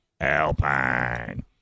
Alpine